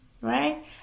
right